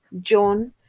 John